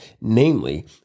namely